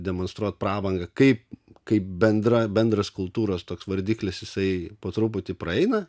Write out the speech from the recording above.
demonstruot prabangą kaip kaip bendra bendras kultūros toks vardiklis jisai po truputį praeina